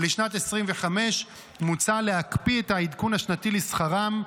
לשנת 25 מוצע להקפיא את העדכון השנתי לשכרם.